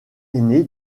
aîné